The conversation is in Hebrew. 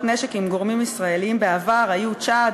נשק עם גורמים ישראליים בעבר היו צ'אד,